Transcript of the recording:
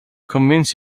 convince